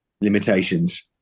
limitations